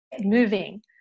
moving